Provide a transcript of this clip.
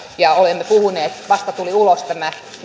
ja vasta tuli ulos tämä